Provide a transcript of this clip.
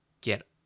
get